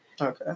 Okay